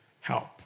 help